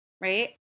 right